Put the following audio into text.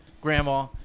grandma